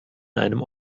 einem